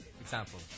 example